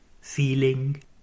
Feeling